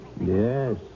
Yes